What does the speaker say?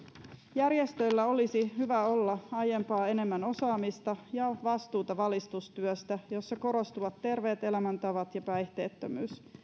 järjestöillä olisi hyvä olla aiempaa enemmän osaamista ja vastuuta valistustyöstä jossa korostuvat terveet elämäntavat ja päihteettömyys